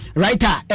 writer